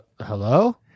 Hello